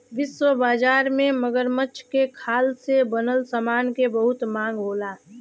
विश्व बाजार में मगरमच्छ के खाल से बनल समान के बहुत मांग होला